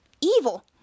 evil